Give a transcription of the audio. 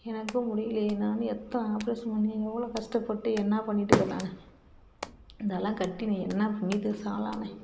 எனக்கும் முடியலயே நானும் எத்தனை ஆப்ரேஷன் பண்ணி எவ்வளோ கஷ்டப்பட்டு என்ன பண்ணிகிட்டு இருக்குறேன் நான் இதெல்லாம் கட்டி நீ என்ன புண்ணியத்துக்கு ஆளானேன்